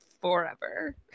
forever